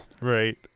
Right